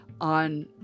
on